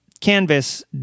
canvas